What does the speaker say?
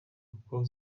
kuko